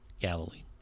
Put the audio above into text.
Galilee